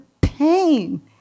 pain